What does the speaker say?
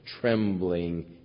trembling